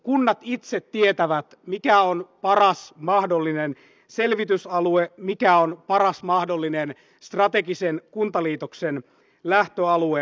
kunnat itse tietävät mikä on paras mahdollinen selvitysalue mikä on paras mahdollinen strategisen kuntaliitoksen lähtöalue